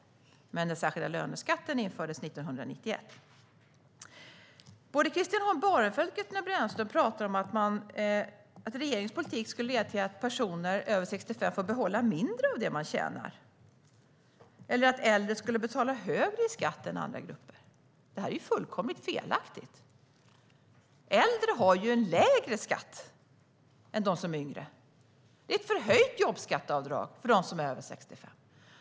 Men den särskilda löneskatten infördes 1991. Både Christian Holm Barenfeld och Katarina Brännström talar om att regeringens politik skulle leda till att personer över 65 år får behålla mindre av det de tjänar, eller att äldre skulle betala högre skatt än andra grupper. Det är fullkomligt felaktigt. Äldre har en lägre skatt än de som är yngre. Det är ett förhöjt jobbskatteavdrag för dem som är över 65 år.